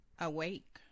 Awake